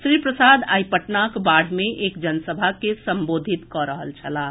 श्री प्रसाद आइ पटनाक बाढ़ मे एक जनसभा के संबोधित कऽ रहल छलाह